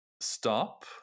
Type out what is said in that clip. stop